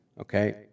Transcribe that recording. okay